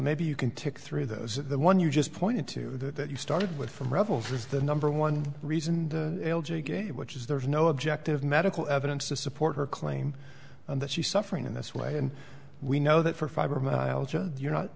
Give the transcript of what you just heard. maybe you can tick through those the one you just point to that you started with from rebels is the number one reason you gave which is there's no objective medical evidence to support her claim that she's suffering in this way and we know that for fibromyalgia you're not